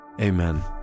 Amen